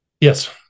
Yes